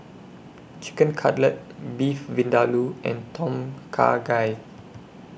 Chicken Cutlet Beef Vindaloo and Tom Kha Gai